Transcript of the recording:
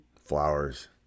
Flowers